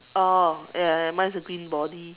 oh ya ya mine is a green body